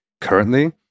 currently